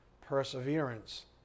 perseverance